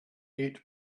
eight